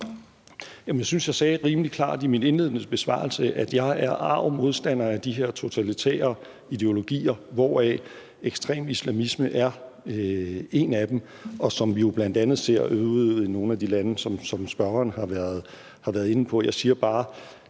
jeg synes, jeg sagde rimelig klart i min indledende besvarelse, at jeg er arg modstander af de her totalitære ideologier, hvoraf ekstrem islamisme er én af dem, og som vi jo bl.a. ser i nogle af de lande, som spørgeren har været inde på. Jeg siger bare,